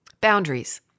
Boundaries